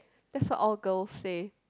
that's all girl say